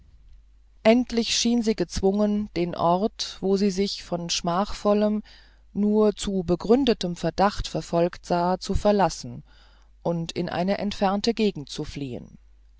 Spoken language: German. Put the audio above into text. endlich schien sie gezwungen den ort wo sie sich von schmachvollem nur zu gegründeten verdacht verfolgt sah zu verlassen und in eine entfernte gegend zu fliehen